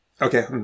okay